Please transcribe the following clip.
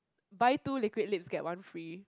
buy two liquid lips get one free